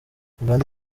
uganda